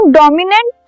dominant